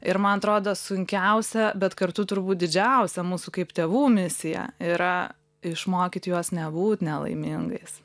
ir man atrodo sunkiausia bet kartu turbūt didžiausia mūsų kaip tėvų misija yra išmokyti juos nebūt nelaimingais